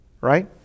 right